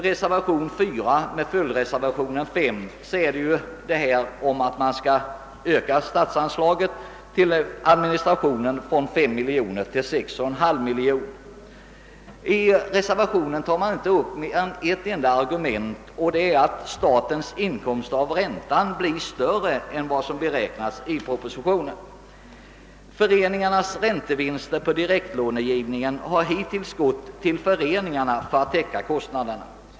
Reservationen 4 med följdreservationen 5 gäller en ökning av statsanslaget till administrationen från 5 miljoner till 6,5 miljoner kronor. I reservationen 4 tas inte mer än ett enda argument upp, nämligen att statens inkomster av ränta blir större än vad som beräknas i propositionen. Föreningarnas räntevinster och direkta lånevinster har hittills gått till föreningarna för att täcka kostnaderna.